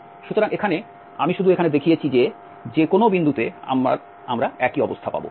সুতরাং এখানে আমি শুধু এখানে দেখিয়েছি যে যে কোনও বিন্দুতে আমরা একই অবস্থা পাব